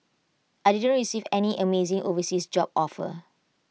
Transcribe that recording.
I didn't receive any amazing overseas job offer